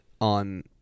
on